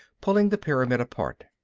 pulling the pyramid apart.